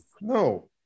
No